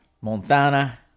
Montana